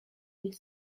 this